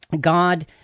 God